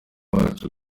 wacu